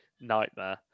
nightmare